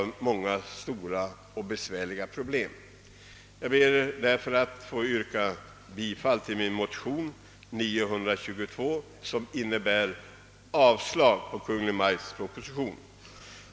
Jag ber därför att få yrka bifall till motionen 922 som innebär avslag på Kungl. Maj:ts proposition.